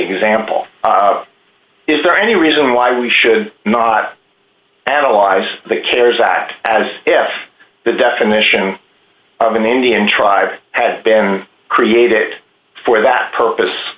example is there any reason why we should not analyze the cares act as if the definition of an indian tribe had been created for that purpose